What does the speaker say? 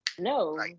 No